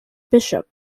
bishop